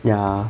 ya